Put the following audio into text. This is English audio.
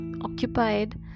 occupied